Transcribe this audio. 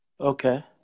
okay